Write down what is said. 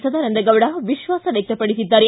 ಸದಾನಂದ ಗೌಡ ವಿಶ್ವಾಸ ವ್ಯಕ್ತಪಡಿಸಿದ್ದಾರೆ